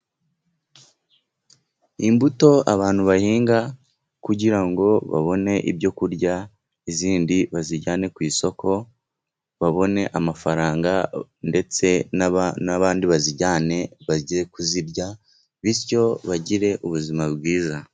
Imbuto abantu bahinga kugira ngo babone ibyo kurya, izindi bazijyane ku isoko babone amafaranga, ndetse n'abandi bazijyane bajye kuzirya bityo bagire ubuzima bwiza.